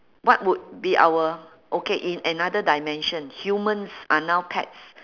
what would be our okay in another dimension humans are now pets